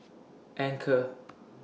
Anchor